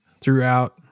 throughout